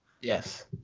Yes